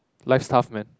life's tough [man]